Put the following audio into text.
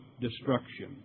destruction